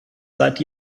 seit